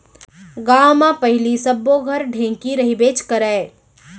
गॉंव म पहिली सब्बो घर ढेंकी रहिबेच करय